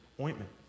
ointment